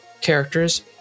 characters